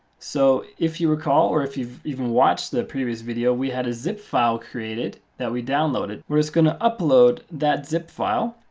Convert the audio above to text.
so if you recall, or if you've even watched the previous video, we had a zip file created that we downloaded where it's going to upload that zip file.